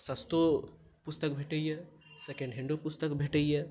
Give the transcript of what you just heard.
सस्तो पुस्तक भेटैया सेकण्ड हेण्डो पुस्तक भेटैया